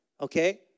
Okay